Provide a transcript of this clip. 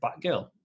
Batgirl